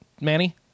Manny